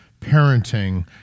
parenting